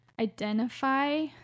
identify